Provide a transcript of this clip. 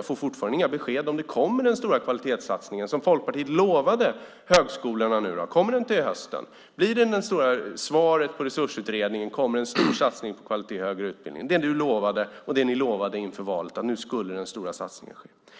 Jag får fortfarande inga besked om den stora kvalitetssatsningen som Folkpartiet lovade högskolorna kommer. Kommer den till hösten? Blir den det stora svaret på Resursutredningen? Kommer det en stor satsning på kvalitet i högre utbildning? Det var det ni lovade inför valet. Nu skulle den stora satsningen ske. Vi